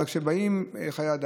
אבל חיי אדם,